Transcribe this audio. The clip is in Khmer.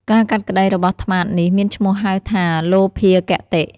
ការកាត់ក្ដីរបស់ត្នោតនេះ មានឈ្មោះហៅថា លោភាគតិ។